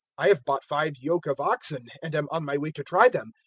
i have bought five yoke of oxen, and am on my way to try them.